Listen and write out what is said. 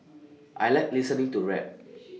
I Like listening to rap